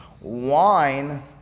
Wine